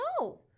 No